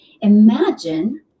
Imagine